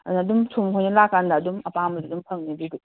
ꯑꯗꯨꯅ ꯑꯗꯨꯝ ꯁꯣꯝ ꯈꯣꯏꯅ ꯂꯥꯛꯀꯥꯟꯗ ꯑꯗꯨꯝ ꯑꯄꯥꯝꯕꯗꯨ ꯑꯗꯨꯝ ꯐꯪꯒꯅꯤ ꯑꯗꯨꯒꯤꯗꯤ